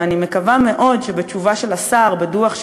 ואני מקווה מאוד שבתשובה של השר בעניין הדוח,